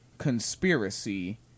conspiracy